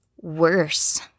worse